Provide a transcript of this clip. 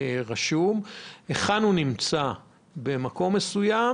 היכן הוא נמצא במקום מסוים